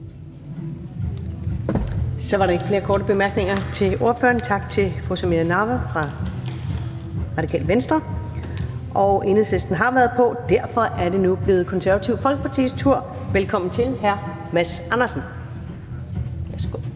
Så er der ikke flere korte bemærkninger til ordføreren. Tak til fru Samira Nawa fra Radikale Venstre. Enhedslistens ordfører har været oppe, og derfor er det nu blevet Det Konservative Folkepartis tur. Velkommen til hr. Mads Andersen. Værsgo.